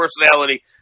personality